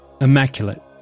immaculate